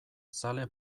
zale